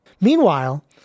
Meanwhile